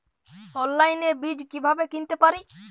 অনলাইনে বীজ কীভাবে কিনতে পারি?